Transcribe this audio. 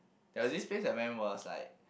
there's this place I went was like